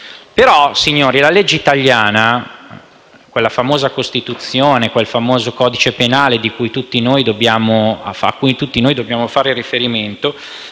Però, signori, la legge italiana - quella famosa Costituzione e quel famoso codice penale a cui tutti noi dobbiamo far riferimento